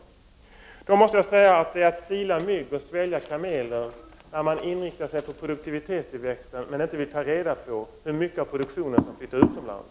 Jag måste säga att det är att sila mygg och svälja kameler, när man inriktar sig på produktivitetstillväxten men inte vill ta reda på hur mycket av produktionen som flyttar utomlands.